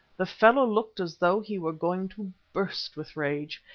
the fellow looked as though he were going to burst with rage.